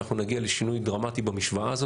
אנחנו נגיע לשינוי דרמטי במשוואה הזאת